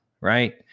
right